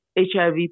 HIV